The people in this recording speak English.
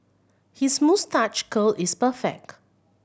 his moustache curl is perfect